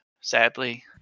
sadly